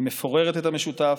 היא מפוררת את המשותף.